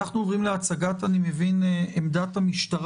אם לא, אנחנו עוברים להצגת עמדת המשטרה.